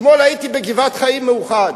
אתמול הייתי בגבעת-חיים מאוחד,